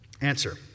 Answer